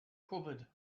covered